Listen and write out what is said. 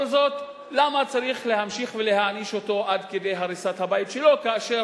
למה צריך להמשיך ולהעניש אותו עד כדי הריסת הבית שלו כאשר